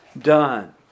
done